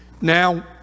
now